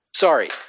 Sorry